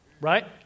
Right